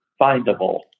findable